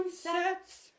sunsets